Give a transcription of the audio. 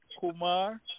Kumar